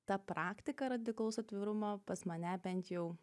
ta praktika radikalaus atvirumo pas mane bent jau